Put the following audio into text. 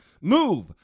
move